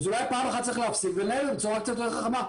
אז אולי פעם אחת צריך להפסיק ולנהל את זה בצורה קצת יותר חכמה,